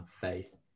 faith